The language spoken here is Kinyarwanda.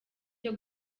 cyo